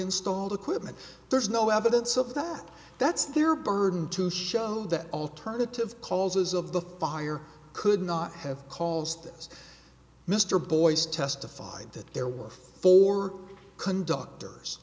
installed equipment there's no evidence of that that's their burden to show that alternative causes of the fire could not have caused this mr boyce testified that there were four conductors